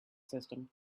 system